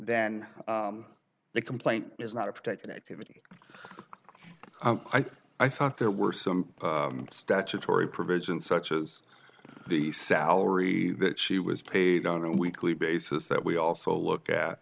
then the complaint is not a protected activity i think i thought there were some statutory provisions such as the salary that she was paid on a weekly basis that we also look at